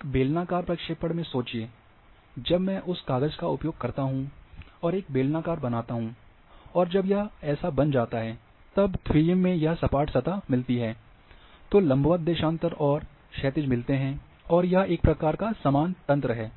एक बेलनाकार प्रक्षेपण में सोचिये जब मैं उस काग़ज़ का उपयोग करता हूं और एक बेलनाकर बनाता हूं और जब यह बन जाता है तब द्वीयिम में हमें सपाट सतह मिलती है तो लंबवत देशांतर और क्षैतिज मिलते हैं और यह एक प्रकार का समान तंत्र है